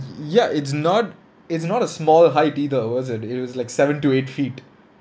ya it's not it's not a small height either was it it was like seven to eight feet